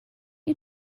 you